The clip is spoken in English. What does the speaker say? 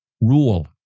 rule